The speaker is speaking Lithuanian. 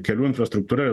kelių infrastruktūra